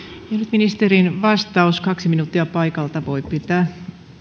ministerin vastaus kaksi minuuttia paikalta voi pitää